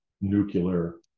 nuclear